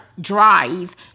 drive